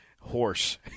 horse